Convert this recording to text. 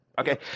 okay